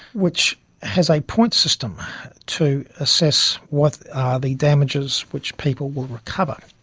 which has a points system to assess what are the damages which people will recover,